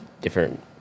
different